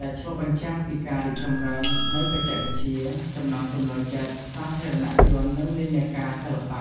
ដែលឆ្លុះបញ្ចាំងពីការរីកចម្រើននៃបច្ចេកវិទ្យា ចំណង់ចំណូលចិត្តសាធារណៈជន និងនិន្នាការសិល្បៈ ។